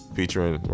Featuring